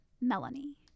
Melanie